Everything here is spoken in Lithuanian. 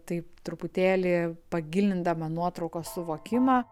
taip truputėlį pagilindama nuotraukos suvokimą